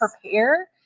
prepare